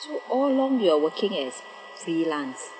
so all along you are working as freelance